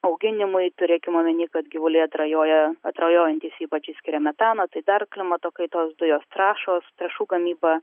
auginimui turėkim omenyje kad gyvuliai atrajoja atrajojantys ypač išsiskiria metaną tai dar klimato kaitos dujos trąšos trąšų gamyba